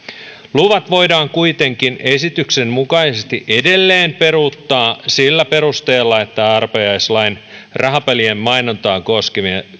luvat voidaan kuitenkin esityksen mukaisesti edelleen peruuttaa sillä perusteella että arpajaislain rahapelien mainontaa koskevia